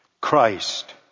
Christ